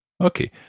Okay